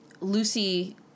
Lucy